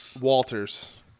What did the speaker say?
Walter's